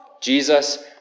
Jesus